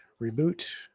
reboot